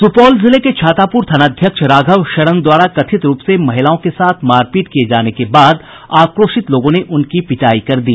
सुपौल जिले के छातापूर थानाध्यक्ष राघव शरण द्वारा कथित रूप से महिलाओं के साथ मारपीट किये जाने के बाद आक्रोशित लोगों ने उनकी पिटायी कर दी